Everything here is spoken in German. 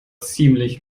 ziemlich